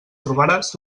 trobaràs